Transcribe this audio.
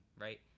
right